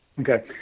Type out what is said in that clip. okay